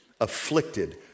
afflicted